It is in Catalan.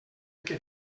que